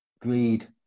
Greed